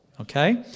Okay